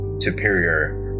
superior